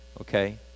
okay